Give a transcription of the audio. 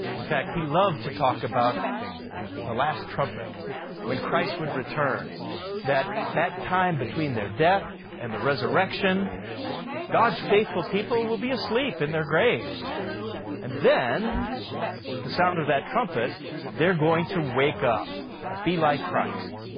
in fact he loved to talk about the last trumpet when christ would return that that time between their death and the resurrection god's faithful people will be asleep in their graves and then the sound of that trumpet they're going to wake up and be like christ.